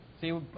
See